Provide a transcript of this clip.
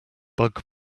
bug